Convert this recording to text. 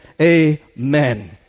Amen